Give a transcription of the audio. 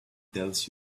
tells